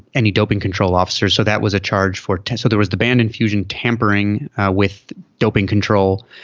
any doping control officer. so that was a charge for testing that was the banned infusion tampering with doping control.